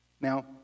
Now